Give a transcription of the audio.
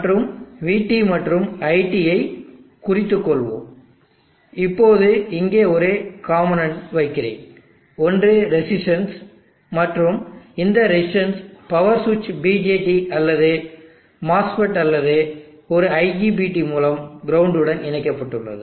மற்றும் vT மற்றும் iT யைக் குறித்துக் கொள்வோம் இப்போது இங்கே ஒரு காம்போநென்ட் வைக்கிறேன் ஒன்று ரெசிஸ்டன்ஸ் மற்றும் இந்த ரெசிஸ்டன்ஸ் பவர் சுவிட்ச் BJT அல்லது ஒரு மோஸ்ஃபெட் அல்லது ஒரு IGBT மூலம் கிரவுண்ட் உடன் இணைக்கப்பட்டுள்ளது